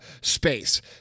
space